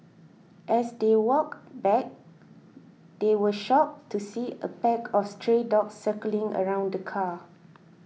as they walked back they were shocked to see a pack of stray dogs circling around the car